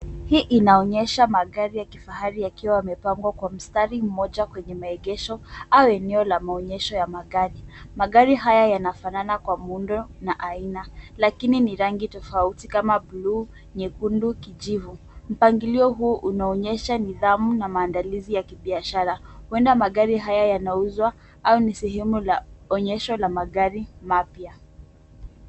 Hii inaonyesha magari ya kifahari yakiwa yamepangwa kwa mstari mmoja kwenye maegesho au eneo la maonyesho ya magari. Magari haya yanafanana kwa muundo na aina, lakini ni rangi tofauti kama bluu, nyekundu, kijivu. Mpangilio huu unaonyesha nidhamu na maandalizi ya kibiashara. Huenda magari haya yana uzwa au ni sehemu ya onyesho la magari mapya.